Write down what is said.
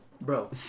bro